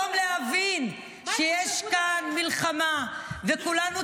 מה את עושה בחו"ל כל היום?